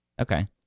Okay